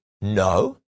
No